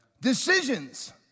Decisions